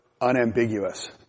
unambiguous